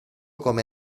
come